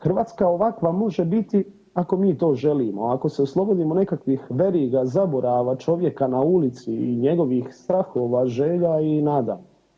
Hrvatska ovakva može biti ako mi to želimo, a ako se oslobodimo nekakvih veriga, zaborava, čovjeka na ulici i njegovih strahova, želja i nada.